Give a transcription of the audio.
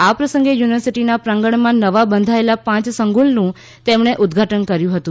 આ પ્રસંગે યુનિવર્સિટીના પ્રાંગણમાં નવા બંધાયેલા પાંચ સંકુલનું તેમણે ઉદ્દઘાટન કર્યું હતું